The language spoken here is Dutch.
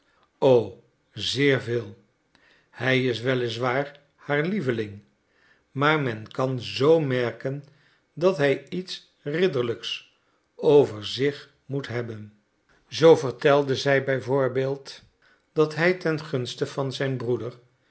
o zeer veel hij is wel is waar haar lieveling maar men kan zoo merken dat hij iets ridderlijks over zich moet hebben zoo vertelde zij bijvoorbeeld dat hij ten gunste van zijn broeder